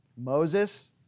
Moses